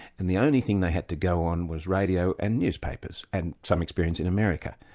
and the only thing they had to go on was radio and newspapers, and some experience in america.